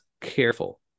careful